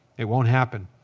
it won't happen.